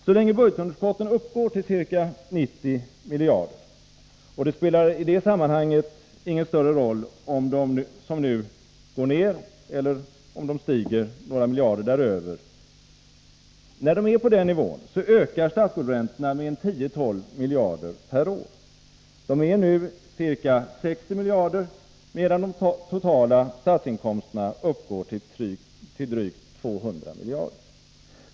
Så länge budgetunderskottet uppgår till ca 90 miljarder — och det spelar i det sammanhanget ingen större roll om det just nu går ned eller stiger med några miljarder — ökar statsskuldsräntorna med 10-12 miljarder per år. De är nu ca 60 miljarder, medan de totala statsinkomsterna uppgår till drygt 200 miljarder.